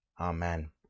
Amen